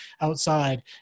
outside